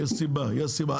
יש סיבה לזה.